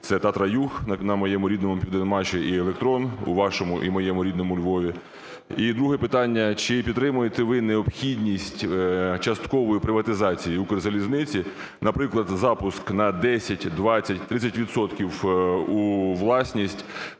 це "Татра-Юг" на моєму рідному "Південмаші" і "Електрон" у вашому і моєму рідному Львові. І друге питання. Чи підтримуєте ви необхідність часткової приватизації "Укрзалізниці"? Наприклад, запуск на 10, 20, 30 відсотків